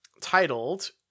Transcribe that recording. titled